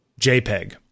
JPEG